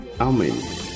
Amen